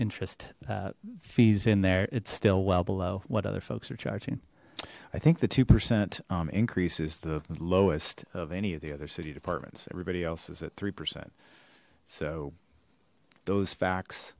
interest fees in there it's still well below what other folks are charging i think the two percent increase is the lowest of any of the other city departments everybody else is at three percent so those facts